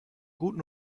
guten